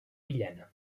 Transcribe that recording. villena